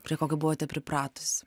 prie kokio buvote pripratusi